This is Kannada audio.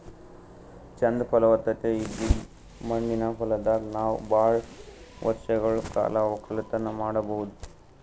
ಚಂದ್ ಫಲವತ್ತತೆ ಇದ್ದಿದ್ ಮಣ್ಣಿನ ಹೊಲದಾಗ್ ನಾವ್ ಭಾಳ್ ವರ್ಷಗಳ್ ಕಾಲ ವಕ್ಕಲತನ್ ಮಾಡಬಹುದ್